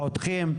חותכים,